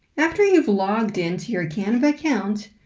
after you've logged in to your canva account,